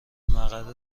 مقر